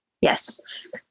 Yes